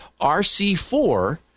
RC4